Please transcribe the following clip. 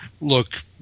look